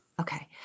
Okay